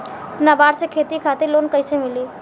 नाबार्ड से खेती खातिर लोन कइसे मिली?